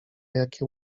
jakie